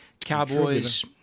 Cowboys